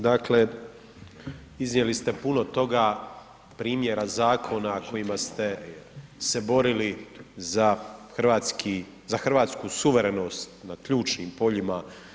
Dakle, iznijeli ste puno toga primjera zakona kojima ste se borili za hrvatsku suverenost na ključnim poljima.